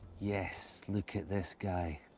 yeah s! look at this guy.